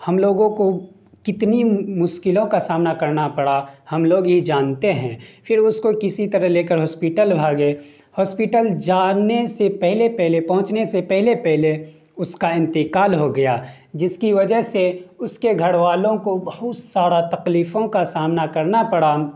ہم لوگوں کو کتنی مشکلوں کا سامنا کرنا پڑا ہم لوگ ہی جانتے ہیں پھر اس کو کسی طرح لے کر ہاسپیٹل بھاگے ہاسپیٹل جانے سے پہلے پہلے پہنچنے سے پہلے پہلے اس کا انتقال ہو گیا جس کی وجہ سے اس کے گھر والوں کو بہت سارا تکلیفوں کا سامنا کرنا پڑا